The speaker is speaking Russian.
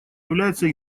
является